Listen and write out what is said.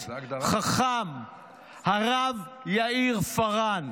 חכם, הרב יאיר פארן.